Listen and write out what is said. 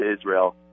Israel